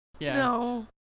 No